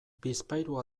bizpahiru